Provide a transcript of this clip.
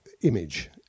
image